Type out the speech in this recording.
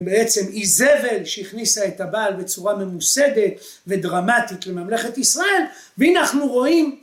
בעצם איזבל שהכניסה את הבעל בצורה ממוסדת ודרמטית לממלכת ישראל ואנחנו רואים